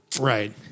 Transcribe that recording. Right